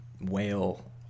whale